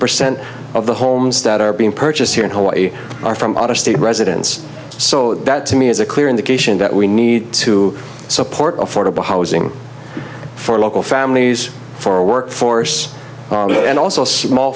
percent of the homes that are being purchased here in hawaii are from out of state residence so that to me is a clear indication that we need to support for the housing for local families for a workforce and also small